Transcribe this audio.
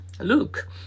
look